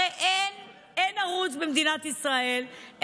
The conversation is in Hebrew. הרי אין ערוץ במדינת ישראל,